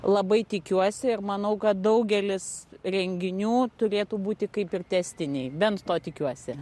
labai tikiuosi ir manau kad daugelis renginių turėtų būti kaip ir tęstiniai bent to tikiuosi